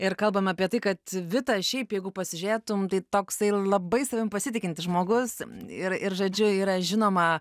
ir kalbam apie tai kad vitą šiaip jeigu pasižiūrėtum tai toksai labai savim pasitikintis žmogus ir ir žodžiu yra žinoma